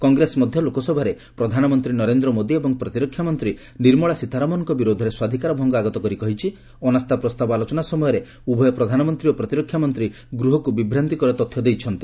କଂଗ୍ରେସ ମଧ୍ୟ ଲୋକସଭାରେ ପ୍ରଧାନମନ୍ତ୍ରୀ ନରେନ୍ଦ୍ର ମୋଦି ଏବଂ ପ୍ରତିରକ୍ଷା ମନ୍ତ୍ରୀ ନିର୍ମଳା ସୀତାରମଣଙ୍କ ବିରୋଧରେ ସ୍ୱାଧୀକାର ଭଙ୍ଗ ଆଗତ କରି କହିଛି ଅନାସ୍ଥା ପ୍ରସ୍ତାବ ଆଲୋଚନା ସମୟରେ ଉଭୟ ପ୍ରଧାନମନ୍ତ୍ରୀ ଓ ପ୍ରତିରକ୍ଷା ମନ୍ତ୍ରୀ ଗୃହକୁ ବିଭ୍ରାନ୍ତିକର ତଥ୍ୟ ଦେଇଛନ୍ତି